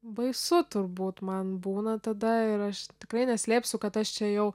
baisu turbūt man būna tada ir aš tikrai neslėpsiu kad aš čia jau